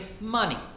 money